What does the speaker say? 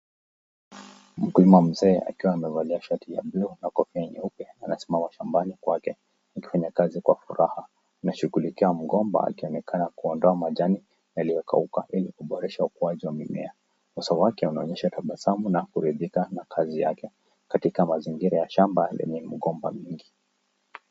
Mkulima mzee akiwa amevaa fulana ya blue na kofia nyeupe anasimama shambani kwake akifanya kazi kwa furaha. Anashughulikia mgomba akionekana kuondoa majani yaliyokauka ili kuboresha ukuaji wa mimea. Uso wake unaonyesha tabasamu na kuridhika na kazi yake katika mazingira ya shamba lenye mgomba mingi.